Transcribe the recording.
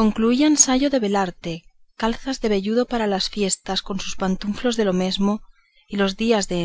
concluían sayo de velarte calzas de velludo para las fiestas con sus pantuflos de lo mesmo y los días de